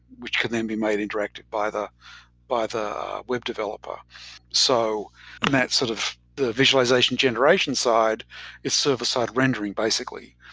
which can then be made interacted by the by the web developer in so and that sort of the visualization generation side is server-side rendering, basically.